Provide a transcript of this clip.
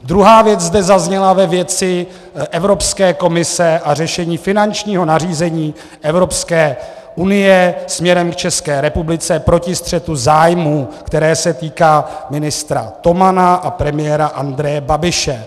Druhá věc zde zazněla ve věci Evropské komise a řešení finančního nařízení Evropské unie směrem k České republice proti střetu zájmů, které se týká ministra Tomana a premiéra Andreje Babiše.